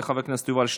חבר הכנסת יובל שטייניץ.